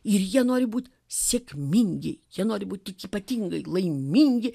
ir jie nori būti sėkmingi jie nori būt tokie ypatingai laimingi